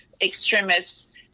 extremists